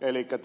elikkä